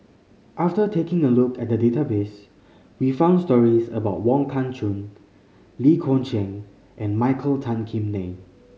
after taking a look at the database we found stories about Wong Kah Chun Lee Kong Chian and Michael Tan Kim Nei